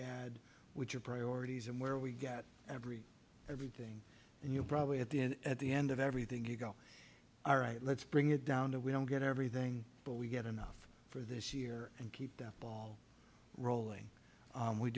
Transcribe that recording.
add which of priorities and where we get every everything and you probably at the end at the end of everything you go all right let's bring it down to we don't get everything but we get enough for this year and keep the ball rolling